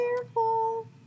careful